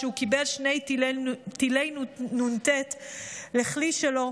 שהוא קיבל שני טילי נ"ט לכלי שלו,